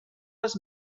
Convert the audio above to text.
les